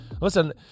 Listen